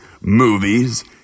movies